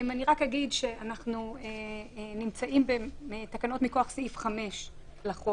אנחנו נמצאים בתקנות מכוח סעיף 5 לחוק,